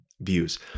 views